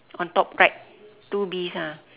on top right two bees ah